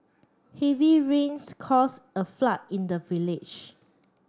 heavy rains cause a flood in the village